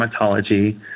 dermatology